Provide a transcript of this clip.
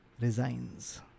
resigns